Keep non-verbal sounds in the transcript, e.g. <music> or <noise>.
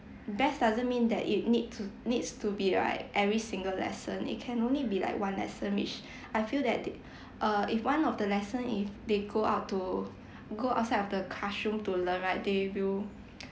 best doesn't mean that you need to needs to be like every single lesson it can only be like one lesson which <breath> I feel that th~ err if one of the lesson if they go out to <breath> go outside of the classroom to learn right they will